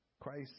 Christ